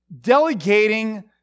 delegating